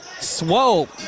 Swope